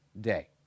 day